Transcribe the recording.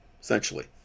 essentially